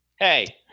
Hey